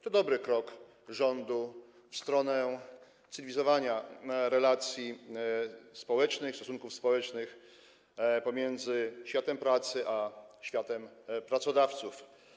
To dobry krok rządu w stronę cywilizowania relacji społecznych, stosunków społecznych pomiędzy światem pracy a światem pracodawców.